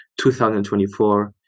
2024